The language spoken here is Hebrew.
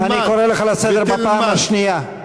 אני קורא אותך לסדר בפעם השנייה.